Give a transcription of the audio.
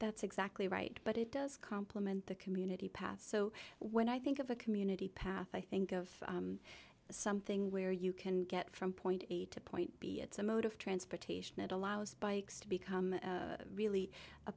that's exactly right but it does complement the community path so when i think of a community path i think of something where you can get from point a to point b it's a mode of transportation it allows bikes to become really a